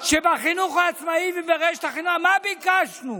שבחינוך העצמאי וברשת, מה ביקשנו?